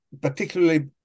particularly